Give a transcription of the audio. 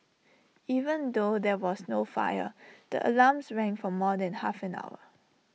even though there was no fire the alarms rang for more than half an hour